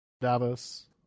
Davos